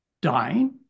dying